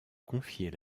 confier